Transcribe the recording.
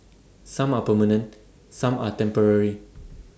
some are permanent some are temporary